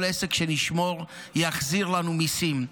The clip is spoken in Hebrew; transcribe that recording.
כל עסק שנשמור יחזיר לנו מיסים.